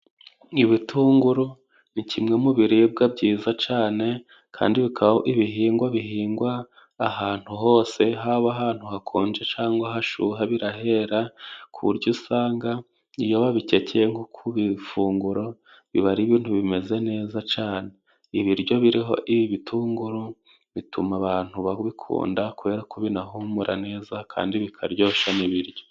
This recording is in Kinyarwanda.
Ibitunguru ni kimwe mu biribwa byiza cane kandi bikaba ibihingwa bihingwa ahantu hose haba ahantu hakonje cangwa hashuha birahera, ku buryo usanga iyoba babikekeye nko ku ifunguro biba ari ibintu bimeze neza cane. Ibiryo biriho ibi bitunguru bituma abantu babikunda kubera ko binahumura neza kandi bikaryosha n'ibiryo.